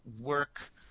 work –